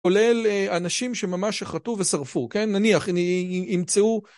כולל אנשים שממש שחטו ושרפו כן נניח הם ימצאו